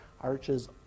arches